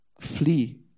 Flee